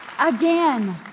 again